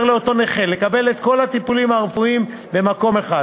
לאותו נכה לקבל את כל הטיפולים הרפואיים במקום אחד.